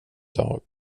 dag